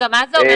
מה זה אומר?